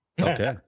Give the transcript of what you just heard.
Okay